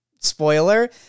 spoiler